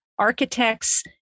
Architects